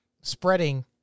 spreading